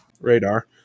Radar